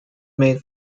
made